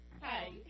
Hi